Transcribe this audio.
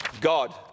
God